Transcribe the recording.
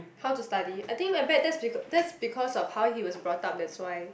how to study I think I bet that's that's because of how he was brought up that's why